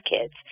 kids